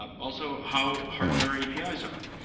also, how hardened our api's are.